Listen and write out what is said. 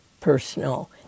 personal